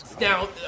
now